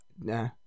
nah